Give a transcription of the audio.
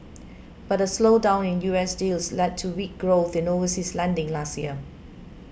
but a slowdown in US deals led to weak growth in overseas lending last year